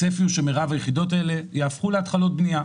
הצפי הוא שמרב היחידות האלה יהפכו להתחלות בנייה.